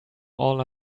all